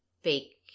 fake